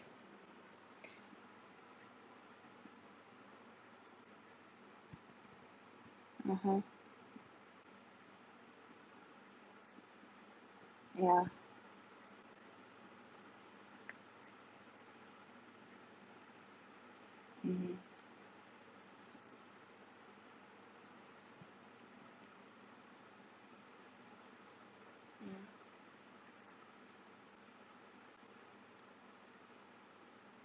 (uh huh) yeah (uh huh) mm